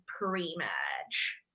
pre-merge